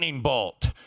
bolt